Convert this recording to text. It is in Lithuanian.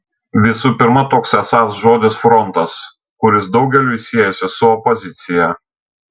visų pirma toks esąs žodis frontas kuris daugeliui siejasi su opozicija